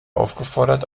aufgefordert